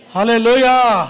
Hallelujah